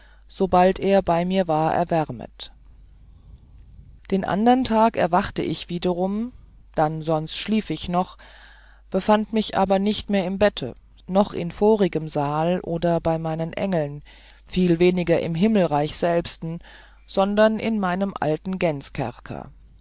sobald er bei mir war erwärmet den andern tag erwachte ich wiederum dann sonst schlief ich noch befand mich aber nicht mehr im bette noch in vorigem saal oder bei meinen engeln viel weniger im himmelreich selbsten sondern in meinem alten